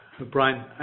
Brian